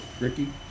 Ricky